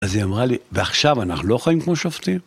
אז היא אמרה לי, ועכשיו אנחנו לא חיים כמו שופטים?